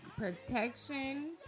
protection